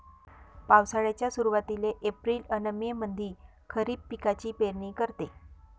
पावसाळ्याच्या सुरुवातीले एप्रिल अन मे मंधी खरीप पिकाची पेरनी करते